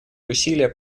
усилия